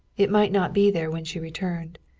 it might not be there when she returned.